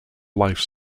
life